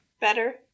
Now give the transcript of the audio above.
Better